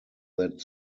that